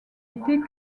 était